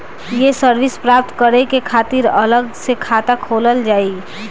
ये सर्विस प्राप्त करे के खातिर अलग से खाता खोलल जाइ?